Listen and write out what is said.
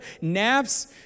naps